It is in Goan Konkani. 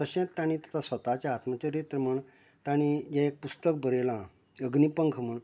तशेंच तांणी तें स्वताच्या आत्मचरित्र म्हूण तांणी जें पुस्तक बरयलां अग्निपंख म्हणून